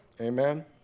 Amen